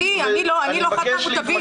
אתה מתנצח איתי, אני לא אחד מהמוטבים,